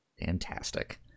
Fantastic